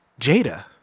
Jada